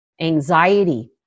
anxiety